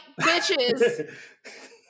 bitches